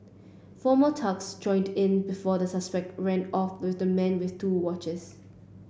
four more thugs joined in before the suspect ran off with the man with two watches